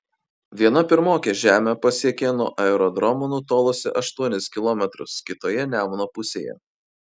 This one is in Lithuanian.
viena pirmokė žemę pasiekė nuo aerodromo nutolusi aštuonis kilometrus kitoje nemuno pusėje